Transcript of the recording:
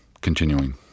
continuing